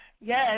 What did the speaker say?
Yes